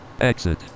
Exit